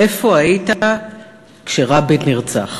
איפה היית כשרבין נרצח?